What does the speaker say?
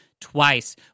Twice